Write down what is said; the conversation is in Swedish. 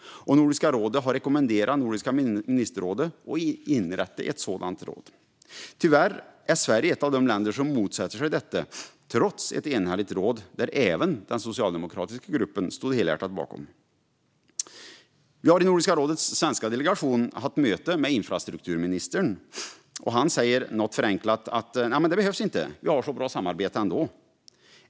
Nordiska rådet har rekommenderat Nordiska ministerrådet att inrätta ett sådant råd. Tyvärr är Sverige ett av de länder som motsätter sig detta, trots ett enhälligt råd. Även den socialdemokratiska gruppen stod helhjärtat bakom detta. Vi har i Nordiska rådets svenska delegation haft möte med infrastrukturministern. Han säger, något förenklat: Det behövs inte. Vi har ett bra samarbete ändå.